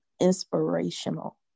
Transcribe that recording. inspirational